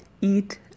eat